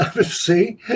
See